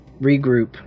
regroup